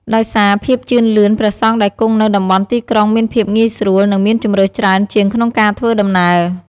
ដោយសារភាពជឿនលឿន ព្រះសង្ឃដែលគង់នៅតំបន់ទីក្រុងមានភាពងាយស្រួល និងមានជម្រើសច្រើនជាងក្នុងការធ្វើដំណើរ។